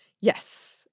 Yes